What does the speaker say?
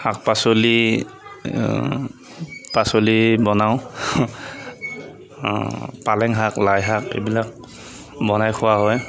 শাক পাচলি পাচলি বনাওঁ পালেং শাক লাই শাক এইবিলাক বনাই খোৱা হয়